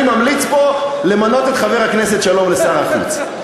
אני ממליץ פה למנות את חבר הכנסת שלום לשר החוץ.